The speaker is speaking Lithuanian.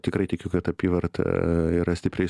tikrai tikiu kad apyvarta yra stipriai